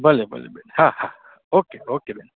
ભલે ભલે બેન હા હા ઓકે ઓકે બેન